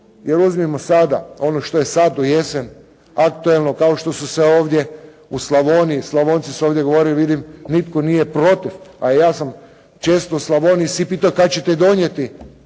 jer uzmimo sada ono što je sad u jesen aktualno kao što su se ovdje u Slavoniji, Slavonci su ovdje govorili vidim nitko nije protiv, a ja sam često u Slavoniji. Svi pitaju kad ćete donijeti